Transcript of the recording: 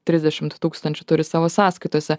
trisdešimt tūkstančių turi savo sąskaitose